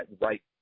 right